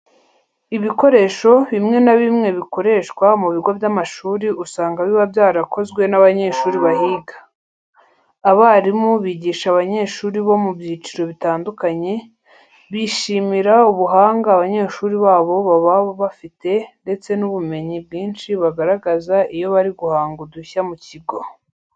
Ibikoresho bimwe na bimwe bikoreshwa mu bigo by'amashuri usanga biba byarakozwe n'abanyeshuri bahiga. Abarimu bigisha abanyeshuri bo mu byiciro bitandukanye, bishimira ubuhanga abanyeshuri babo baba bafite ndetse n'ubumenyi bwinshi bagaragaza iyo bari guhanga udushya mu kigo.